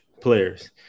players